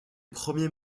premiers